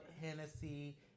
Hennessy